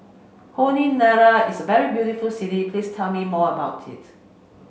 Honiara is a very beautiful city please tell me more about it